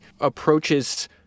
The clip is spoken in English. approaches